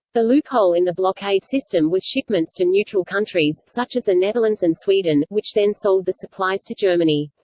the loophole in the blockade system was shipments to neutral countries, such as the netherlands and sweden, which then sold the supplies to germany.